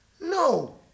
No